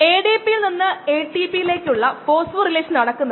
അതിനാൽ മൊത്തം വോളിയം അനുസരിച്ച് ഈ വോളിയം നമുക്ക് പായ്ക്ക് ചെയ്ത സെൽ വോളിയം നൽകും